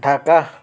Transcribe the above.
Dhaka